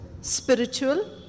spiritual